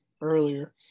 earlier